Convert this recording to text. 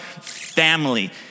family